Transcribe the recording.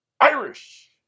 Irish